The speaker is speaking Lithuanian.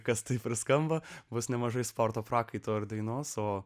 kas taip ir skamba bus nemažai sporto prakaito ir dainos o